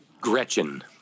Gretchen